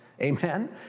Amen